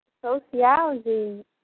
sociology